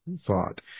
thought